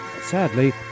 sadly